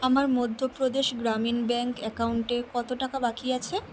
আমার মধ্যপ্রদেশ গ্রামীণ ব্যাঙ্ক অ্যাকাউন্টে কত টাকা বাকি আছে